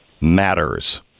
matters